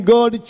God